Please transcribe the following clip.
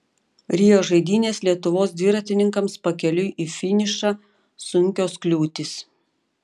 rio žaidynės lietuvos dviratininkams pakeliui į finišą sunkios kliūtys